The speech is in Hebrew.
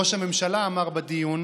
ראש הממשלה אמר בדיון